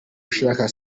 ushaka